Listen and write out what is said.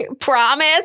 Promise